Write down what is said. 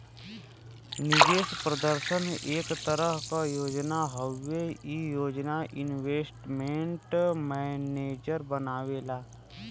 निवेश प्रदर्शन एक तरह क योजना हउवे ई योजना इन्वेस्टमेंट मैनेजर बनावेला